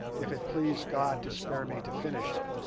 if it please god to spare me to finish it.